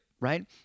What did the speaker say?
Right